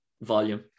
volume